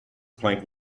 plank